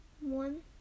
one